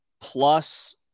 plus